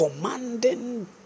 commanding